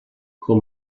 com